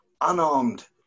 unarmed